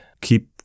keep